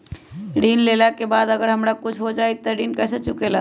ऋण लेला के बाद अगर हमरा कुछ हो जाइ त ऋण कैसे चुकेला?